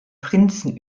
prinzen